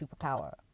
superpower